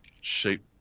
shape